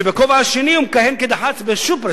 שבכובע השני הוא מכהן כדח"צ ב"שופרסל"